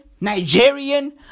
Nigerian